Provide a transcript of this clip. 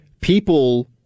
people